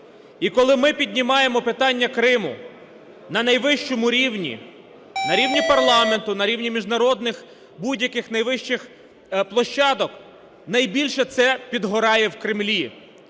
І коли ми піднімаємо питання Криму на найвищому рівні – на рівні парламенту, на рівні міжнародних будь-яких найвищих площадок, найбільше це підгорає в Кремлі.